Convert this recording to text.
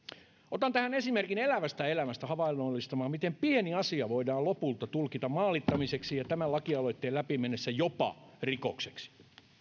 otan tähän esimerkin elävästä elämästä havainnollistamaan miten pieni asia voidaan lopulta tulkita maalittamiseksi ja tämän lakialoitteen läpi mennessä jopa rikokseksi